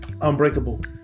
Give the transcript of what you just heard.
unbreakable